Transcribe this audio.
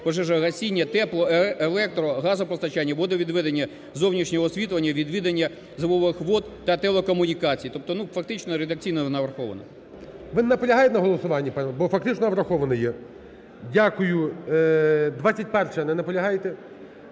пожежогасіння, тепло-, електро-, газопостачання, водовідведення, зовнішнього освітлення, відведення зимових вод та телекомунікацій. Тобто, ну, фактично редакційно вона врахована. ГОЛОВУЮЧИЙ. Ви не наполягаєте на голосуванні, пані? Бо фактично вона врахована є. Дякую. 21-а. Не наполягаєте?